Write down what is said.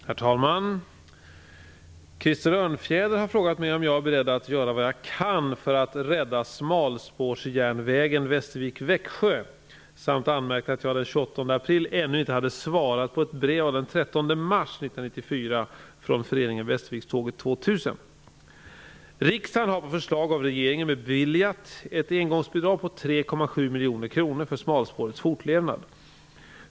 Herr talman! Krister Örnfjäder har frågat mig om jag är beredd att göra vad jag kan för att rädda smalspårsjärnvägen Västervik--Växjö samt anmärkt att jag den 28 april ännu inte hade svarat på ett brev av den 13 mars 1994 från Föreningen Riksdagen har på förslag av regeringen beviljat ett engångsbidrag på 3,7 miljoner kronor för smalspårets fortlevnad.